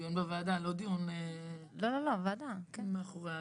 דיון בוועדה, לא דיון מאחורי הדלת.